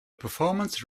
performance